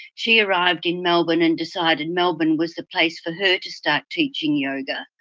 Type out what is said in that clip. she arrived in melbourne and decided melbourne was the place for her to start teaching yoga.